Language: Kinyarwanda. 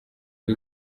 ari